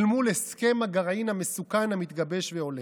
אל מול הסכם הגרעין המסוכן המתגבש והולך.